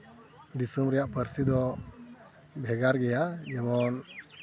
ᱫᱤᱥᱚᱢ ᱨᱮᱭᱟᱜ ᱯᱟᱹᱨᱥᱤ ᱫᱚ ᱵᱷᱮᱜᱟᱨ ᱜᱮᱭᱟ ᱡᱮᱢᱚᱱ